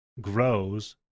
grows